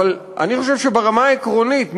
אבל אני חושב שברמה העקרונית,